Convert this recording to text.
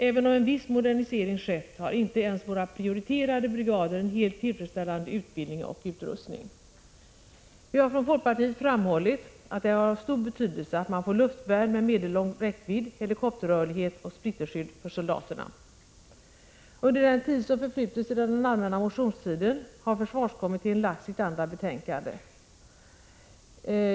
Även om en viss modernisering skett har inte ens våra prioriterade brigader en helt tillfredsställande utbildning och utrustning. Vi har från folkpartiet framhållit att det är av stor betydelse, att man får luftvärn med medellång räckvidd, helikopterrörlighet och splitterskydd för soldaterna. Under den tid som förflutit sedan den allmänna motionstiden har försvarskommittén lagt sitt andra betänkande.